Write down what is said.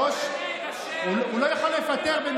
לא, הוא לא יכול לפטר אותו.